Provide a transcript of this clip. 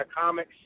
Comics